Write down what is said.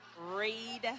Read